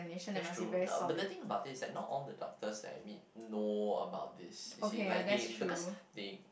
that's true n~ but the thing about this is that not all the doctors that I meet know about this you see like they because they